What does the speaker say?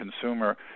consumer